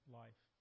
life